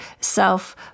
self